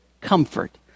comfort